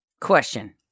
Question